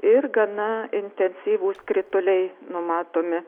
ir gana intensyvūs krituliai numatomi